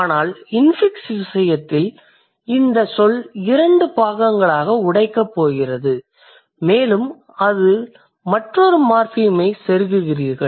ஆனால் இன்ஃபிக்ஸ் விசயத்தில் இந்த சொல் இரண்டு பாகங்களாக உடைக்கப் போகிறது மேலும் அதில் மற்றொரு மார்பீமை செருகுகிறீர்கள்